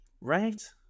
right